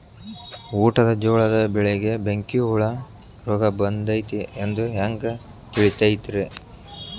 ಊಟದ ಜೋಳದ ಬೆಳೆಗೆ ಬೆಂಕಿ ಹುಳ ರೋಗ ಬಂದೈತಿ ಎಂದು ಹ್ಯಾಂಗ ತಿಳಿತೈತರೇ?